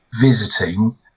visiting